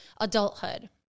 adulthood